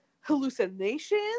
hallucinations